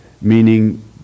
meaning